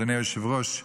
אדוני היושב-ראש,